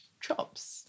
chops